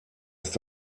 ist